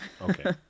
Okay